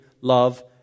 love